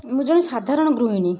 ମୁଁ ଜଣେ ସାଧାରଣ ଗୃହିଣୀ